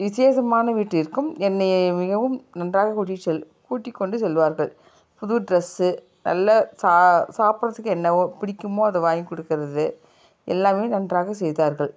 விசேஷமான வீட்டிற்கும் என்னை மிகவும் நன்றாக கூட்டிகிட்டு செல் கூட்டிக்கொண்டு செல்வார்கள் புது ட்ரெஸ்ஸு நல்ல சா சாப்பிட்றத்துக்கு என்னவோ பிடிக்குமோ அதை வாங்கி கொடுக்கறது எல்லாமே நன்றாக செய்தார்கள்